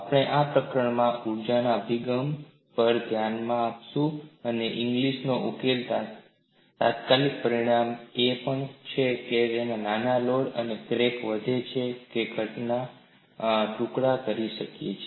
આપણે આ પ્રકરણમાં ઊર્જા અભિગમ પર ધ્યાન આપશું અને ઇંગ્લિસ ઉકેલનો તાત્કાલિક પરિણામ એ પણ છે કે તે નાના લોડ માટે ક્રેક વધે છે અને ઘટક ના ટુકડા કરી શકે છે